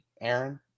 Aaron